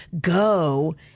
go